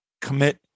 commit